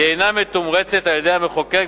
היא אינה מתומרצת על-ידי המחוקק,